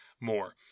more